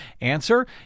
Answer